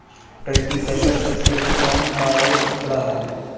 एक कल्टीपैकर कृषि उपकरण का एक टुकड़ा है